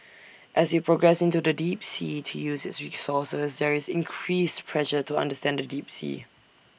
as we progress into the deep sea to use its resources there is increased pressure to understand the deep sea